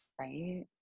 right